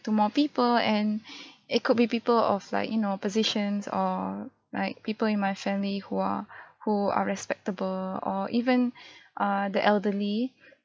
to more people and it could be people of like you know positions or like people in my family who are who are respectable or even uh the elderly